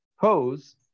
pose